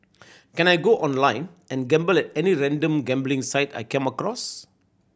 can I go online and gamble at any random gambling site I come across